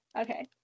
Okay